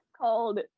Called